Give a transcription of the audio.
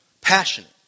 passionate